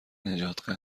نجات